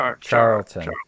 Charlton